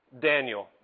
Daniel